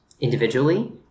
individually